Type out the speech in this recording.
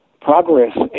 progress